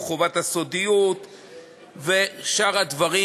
חובת הסודיות ושאר הדברים.